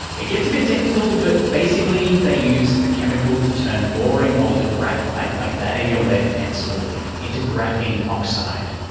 it gets a bit technical but basically they use a chemical to turn boring old graphite like that in your lead pencil into graphene oxide.